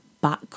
back